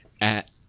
at-